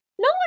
No